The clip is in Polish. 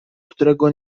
którego